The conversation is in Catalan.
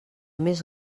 més